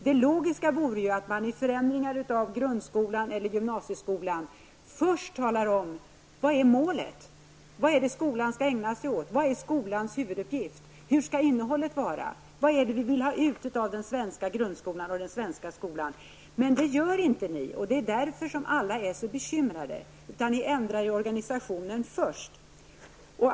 Det logiska vore att i förändringar av grundskolan och gymnasieskolan först tala om vad målet är. Vad skall skolan ägna sig åt? Vad är skolans huvuduppgift? Hur skall innehållet vara? Vad är det vi vill ha ut av den svenska grundskolan? Men det gör inte socialdemokraterna, och det är därför som alla är så bekymrade. Socialdemokraterna ändrar i organisationen först.